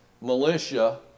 militia